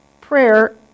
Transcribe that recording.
Prayer